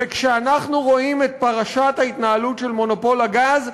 וכשאנחנו רואים את פרשת ההתנהלות של מונופול הגז,